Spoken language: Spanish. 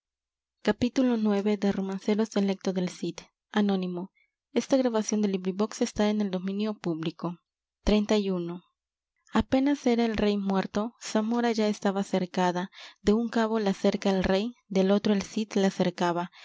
xxxi apenas era el rey muerto zamora ya está cercada de un cabo la cerca el rey del otro el cid la cercaba